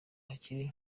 hakiri